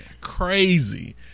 crazy